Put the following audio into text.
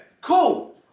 Cool